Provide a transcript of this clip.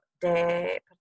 de